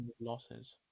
Losses